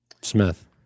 Smith